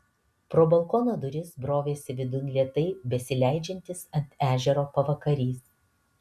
pro balkono duris brovėsi vidun lėtai besileidžiantis ant ežero pavakarys